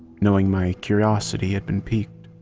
knowing my curiosity had been piqued.